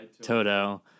Toto